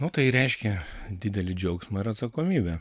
nu tai reiškia didelį džiaugsmą ir atsakomybę